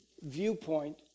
viewpoint